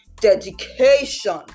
dedication